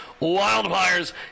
Wildfires